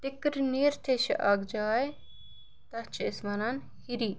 ٹِکٕرٕ نیٖرتھٕے چھِ اَکھ جاے تَتھ چھِ أسۍ وَنان ہِری